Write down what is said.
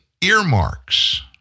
earmarks